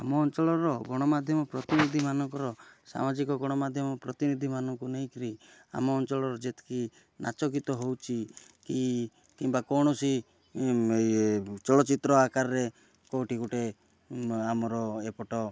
ଆମ ଅଞ୍ଚଳର ଗଣମାଧ୍ୟମ ପ୍ରତିନିଧିମାନଙ୍କର ସାମାଜିକ ଗଣମାଧ୍ୟମ ପତିନିଧିମାନଙ୍କୁ ନେଇକିରି ଆମ ଅଞ୍ଚଳର ଯେତିକି ନାଚ ଗୀତ ହେଉଛି କି କିମ୍ବା କୌଣସି ଇଏ ଚଳଚ୍ଚିତ୍ର ଆକାରରେ କେଉଁଟି ଗୋଟେ ଆମର ଏପଟ